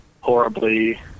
horribly